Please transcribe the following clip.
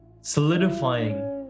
solidifying